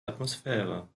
atmosphäre